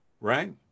right